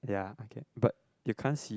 ya okay but you can't see